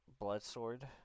Bloodsword